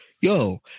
yo